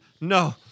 No